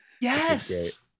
Yes